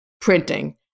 printing